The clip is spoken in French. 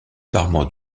parement